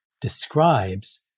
describes